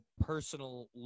personal